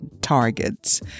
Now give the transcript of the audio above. targets